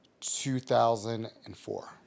2004